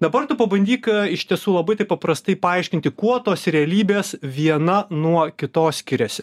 dabar tu pabandyk iš tiesų labai taip paprastai paaiškinti kuo tos realybės viena nuo kitos skiriasi